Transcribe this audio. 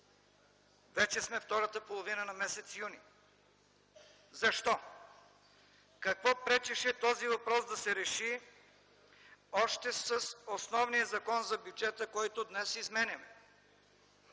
Вече сме втората половина на м. юни. Защо? Какво пречеше този въпрос да се реши още с основния Закон за бюджета, който днес изменяме?!